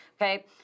Okay